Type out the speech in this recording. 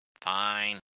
fine